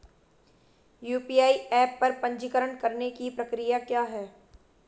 UPI app पर पंजीकरण करने की प्रक्रिया क्या है?